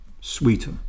sweeter